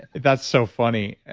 that's so funny.